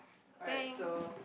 alright so